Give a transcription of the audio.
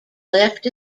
left